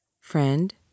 Friend